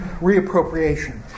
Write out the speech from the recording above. reappropriation